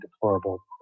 deplorable